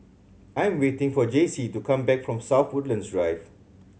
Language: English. I am waiting for Jayce to come back from South Woodlands Drive